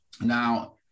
Now